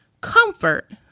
comfort